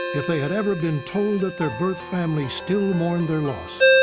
if they had ever been told that their birth family still mourned their loss.